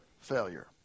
failure